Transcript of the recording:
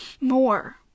more